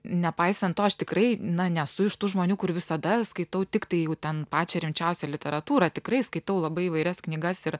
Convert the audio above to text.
nepaisant to aš tikrai na nesu iš tų žmonių kur visada skaitau tiktai jau ten pačią rimčiausią literatūrą tikrai skaitau labai įvairias knygas ir